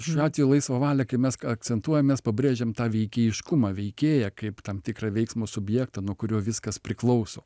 šiuo atveju laisvą valią kai mes akcentuojam mes pabrėžiam tą veikėjiškumą veikėją kaip tam tikrą veiksmo subjektą nuo kurio viskas priklauso